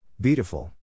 Beautiful